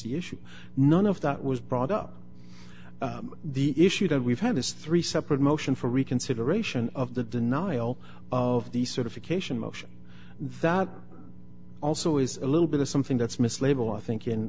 the issue none of that was brought up the issue that we've had is three separate motion for reconsideration of the denial of the sort of acacia motion that also is a little bit of something that's mislabel i think in